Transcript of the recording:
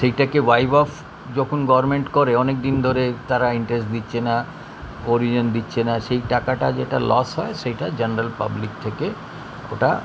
সেইটাকে waive off যখন government করে অনেক দিন ধরে তারা ইন্টারেস্ট দিচ্ছে না অরিজিন দিচ্ছে না সেই টাকাটা যেটা লস হয় সেইটা জেনারেল পাবলিক থেকে ওটা